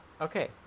Okay